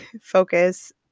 focus